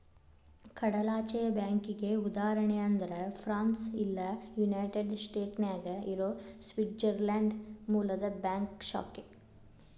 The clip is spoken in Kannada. ಕಡಲಾಚೆಯ ಬ್ಯಾಂಕಿಗಿ ಉದಾಹರಣಿ ಅಂದ್ರ ಫ್ರಾನ್ಸ್ ಇಲ್ಲಾ ಯುನೈಟೆಡ್ ಸ್ಟೇಟ್ನ್ಯಾಗ್ ಇರೊ ಸ್ವಿಟ್ಜರ್ಲ್ಯಾಂಡ್ ಮೂಲದ್ ಬ್ಯಾಂಕ್ ಶಾಖೆ